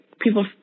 people